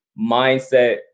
mindset